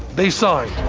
they signed.